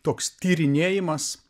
toks tyrinėjimas